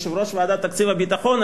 יושב-ראש ועדת תקציב הביטחון,